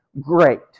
Great